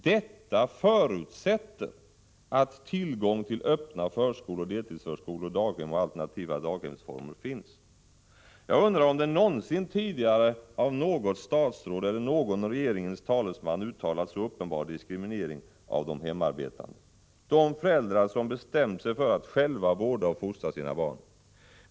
Det förutsätter att tillgång finns till öppna förskolor, Jag undrar om det någonsin tidigare av något statsråd eller någon regeringens talesman uttalats en så uppenbar diskriminering av de hemarbetande, de föräldrar som bestämt sig för att själva vårda och fostra sina barn.